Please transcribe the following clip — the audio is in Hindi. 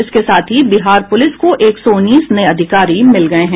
इसके साथ ही बिहार पुलिस को एक सौ उन्नीस नये अधिकारी मिल गये हैं